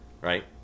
right